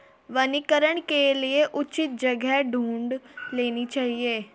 वनीकरण के लिए उचित जगह ढूंढ लेनी चाहिए